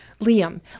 Liam